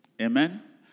Amen